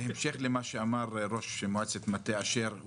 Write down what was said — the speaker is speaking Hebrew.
בהמשך למה שאמר ראש מועצת מטה אשר,